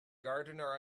gardener